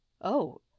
Oh